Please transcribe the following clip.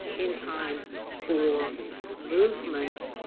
in time for movement